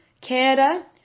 Canada